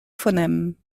phonèmes